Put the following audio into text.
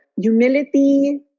humility